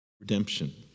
Redemption